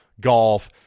golf